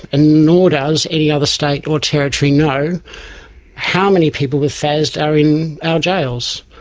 and nor does any other state or territory know how many people with fasd are in our jails.